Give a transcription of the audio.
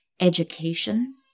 education